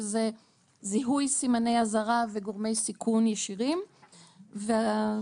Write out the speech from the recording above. שזה זיהוי סימני אזהרה וגורמי סיכון ישירים וכיוון